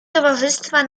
towarzystwa